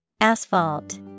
Asphalt